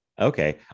Okay